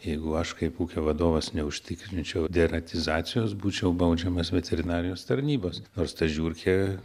jeigu aš kaip ūkio vadovas neužtikrinčiau deratizacijos būčiau baudžiamas veterinarijos tarnybos nors ta žiurkė